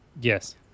Yes